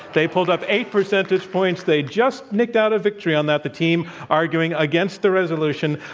they pulled up eight percentage points, they just nicked out a victory on that, the team arguing against the resolution.